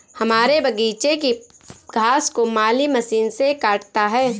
हमारे बगीचे की घास को माली मशीन से काटता है